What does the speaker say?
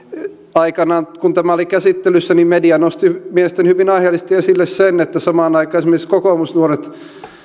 aikanaan kun tämä oli käsittelyssä niin media nosti mielestäni hyvin aiheellisesti esille sen että samaan aikaan esimerkiksi kokoomusnuoret